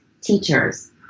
teachers